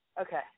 Okay